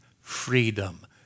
freedom